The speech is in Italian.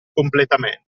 completamente